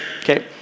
Okay